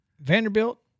Vanderbilt